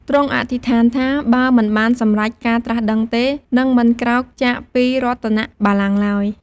ទ្រង់អធិដ្ឋានថា បើមិនបានសម្រេចការត្រាស់ដឹងទេ នឹងមិនក្រោកចាកពីរតនបល្ល័ង្គឡើយ។